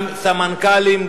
גם סמנכ"לים,